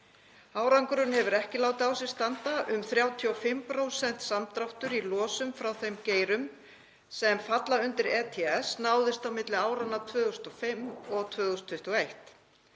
Árangurinn hefur ekki látið á sér standa: Um 35% samdráttur náðist í losun frá þeim geirum sem falla undir ETS á milli áranna 2005 og 2021.